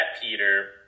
Peter